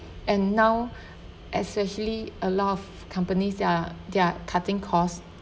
and now especially a lot of companies they're they're cutting costs